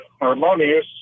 harmonious